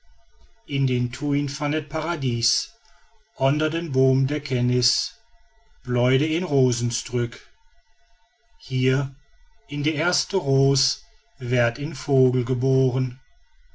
van het paradijs onder den boom der kennis bloeide een rozestruik hier in de eerste roos werd een vogel geboren